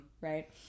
right